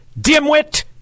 dimwit